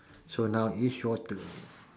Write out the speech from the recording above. so now is your turn